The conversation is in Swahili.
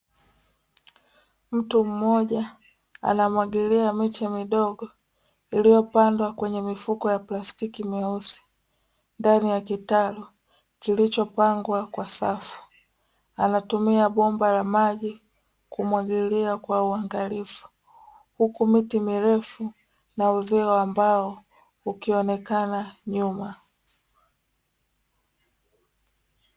Mtu mmoja anamwagilia miche midogo iliyopandwa kwenye mifuko ya plastiki myeusi ndani ya kitalu kilichopangwa kwa safu, anatumia bomba la maji kumwagilia kwa uangalifu huku miti mirefu na uzio wa mbao ukionekana nyuma.